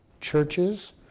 churches